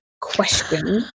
question